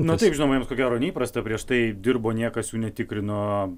na taip žinoma jums ko gero neįprasta prieš tai dirbo niekas jų netikrino